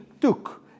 took